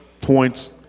points